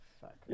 Fuck